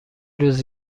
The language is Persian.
روز